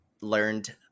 learned